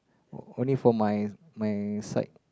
o~ only for my my side